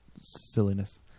silliness